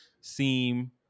seem